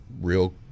real